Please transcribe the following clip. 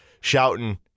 shouting